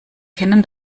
kennen